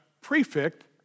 prefect